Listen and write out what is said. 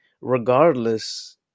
regardless